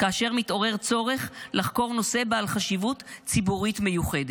כאשר מתעורר צורך לחקור נושא בעל חשיבות ציבורית מיוחדת.